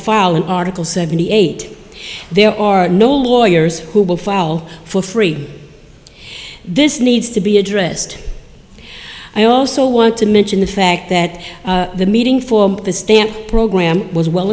file an article seventy eight there are no lawyers who will file for free this needs to be addressed i also want to mention the fact that the meeting for the stamp program was well